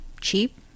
cheap